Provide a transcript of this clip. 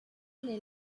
les